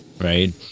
right